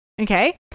okay